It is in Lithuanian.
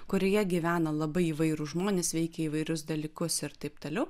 kurioje gyvena labai įvairūs žmonės veikia įvairius dalykus ir taip toliau